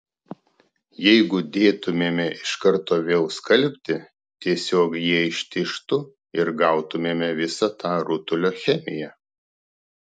jeigu dėtumėme iš karto vėl skalbti tiesiog jie ištižtų ir gautumėme visa tą rutulio chemiją